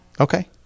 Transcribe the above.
Okay